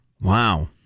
Wow